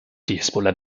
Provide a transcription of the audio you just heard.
hisbollah